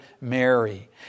Mary